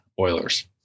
Oilers